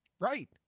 Right